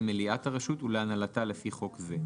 למליאת הרשות ולהנהלתה לפי חוק זה,